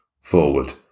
forward